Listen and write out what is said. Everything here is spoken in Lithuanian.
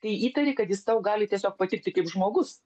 kai įtari kad jis tau gali tiesiog patikti kaip žmogus